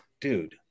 dude